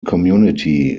community